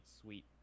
sweet